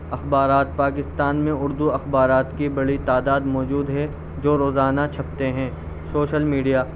اخبارات پاکستان میں اردو اخبارات کی بڑی تعداد موجود ہے جو روزانہ چھپتے ہیں سوشل میڈیا